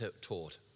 taught